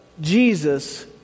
Jesus